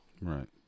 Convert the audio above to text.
right